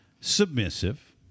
submissive